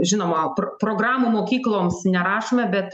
žinoma programų mokykloms nerašome bet